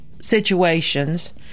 situations